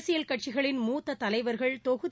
அரசியல் கட்சிகளின் மூத்த தலைவர்கள் தொகுதி